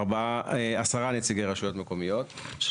10 נציגי רשויות מקומיות,